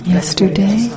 Yesterday